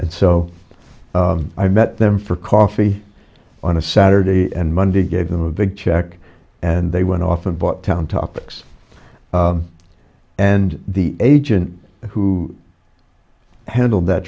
and so i met them for coffee on a saturday and monday gave them a big check and they went off and bought town topics and the agent who handled that